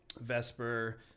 Vesper